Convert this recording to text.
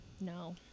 No